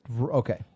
Okay